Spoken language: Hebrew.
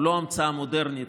הוא לא המצאה מודרנית.